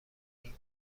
این